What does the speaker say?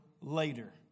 later